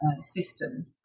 System